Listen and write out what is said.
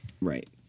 Right